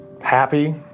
Happy